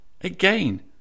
again